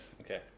Okay